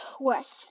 worse